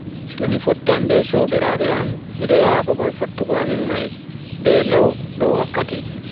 To mi fottan be sobiraabe am, mido yaha babal fottugo amin mai ber lau dow wakkati.